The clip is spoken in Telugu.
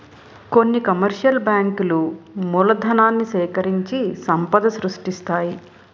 కొన్ని కమర్షియల్ బ్యాంకులు మూలధనాన్ని సేకరించి సంపద సృష్టిస్తాయి